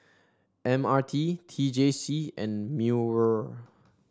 M R T T J C and MEWR